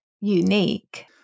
unique